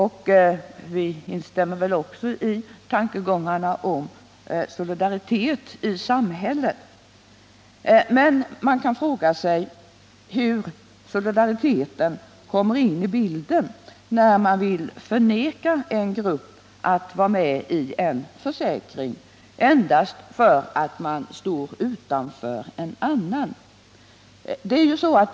Vi instämmer väl också i tankegångarna om solidaritet i samhället. Men man kan fråga sig hur solidariteten kommer in i bilden när det blir fråga om att förvägra en grupp att vara med i en försäkring endast därför att gruppen i fråga står utanför en annan försäkring.